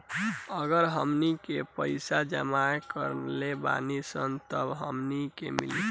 अगर हमनी के पइसा जमा करले बानी सन तब हमनी के मिली